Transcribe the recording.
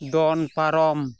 ᱫᱚᱱ ᱯᱟᱨᱚᱢ